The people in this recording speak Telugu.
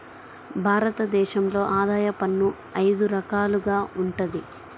భారత దేశంలో ఆదాయ పన్ను అయిదు రకాలుగా వుంటది